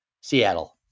Seattle